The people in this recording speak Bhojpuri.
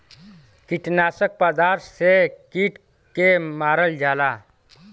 कीटनाशक पदार्थ से के कीट के मारल जाला